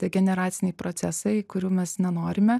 degeneraciniai procesai kurių mes nenorime